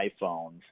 iPhones